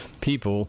people